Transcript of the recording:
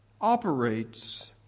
operates